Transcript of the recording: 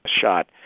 shot